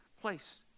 place